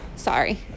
sorry